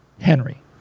Henry